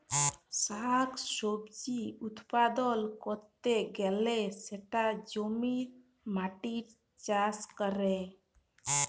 শাক সবজি উৎপাদল ক্যরতে গ্যালে সেটা জমির মাটিতে চাষ ক্যরে